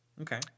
Okay